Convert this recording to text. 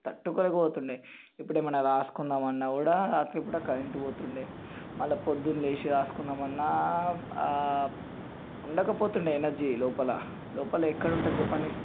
తట్టుకోలేక పోతుండే ఇప్పుడు ఏమైనా వ్రాసుకుందాము అన్నా కూడా రాత్రిపూట కరెంటు పోతుండే మళ్ళీ పొద్దున లేచి వ్రాసుకుందాము అన్నా ఉండకపోతుండేది ఎనర్జీ లోపల లోపల ఎక్కడ ఉంటుంది చెప్పండి